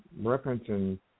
reference